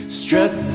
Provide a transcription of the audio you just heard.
struck